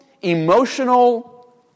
emotional